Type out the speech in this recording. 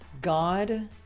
God